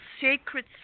sacred